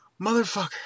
motherfucker